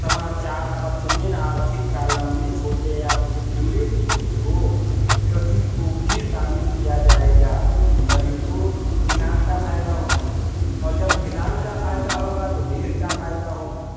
समाचार पत्र में आर्थिक कालम में छोटे या कुटीर उद्योग कृषि को भी शामिल किया जाएगा तभी तो किसान का फायदा होगा और जब किसान का फायदा होगा तो देश का फायदा होगा